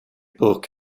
book